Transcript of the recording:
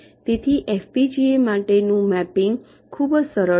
તેથી એફપીજીએ માટેનું મેપિંગ ખૂબ સરળ છે